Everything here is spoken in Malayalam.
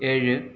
ഏഴ്